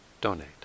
donate